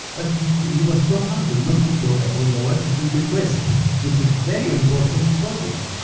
but he he was so humble not to talk about the waddesdon bequests, which is very important project.